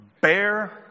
bear